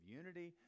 unity